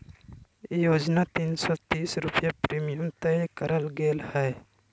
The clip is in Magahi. योजना तीन सो तीस रुपये प्रीमियम तय करल गेले हइ